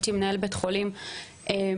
מנהל בית חולים מצוין,